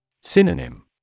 Synonym